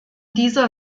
dieser